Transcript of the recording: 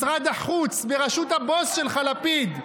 משרד החוץ בראשות הבוס שלך, לפיד,